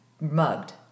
mugged